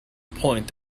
point